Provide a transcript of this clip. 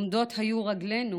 עמדות היו רגלינו